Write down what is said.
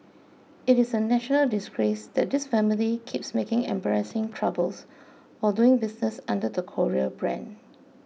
it is a national disgrace that this family keeps making embarrassing troubles while doing business under the Korea brand